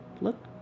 look